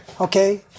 Okay